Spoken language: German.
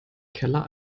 keller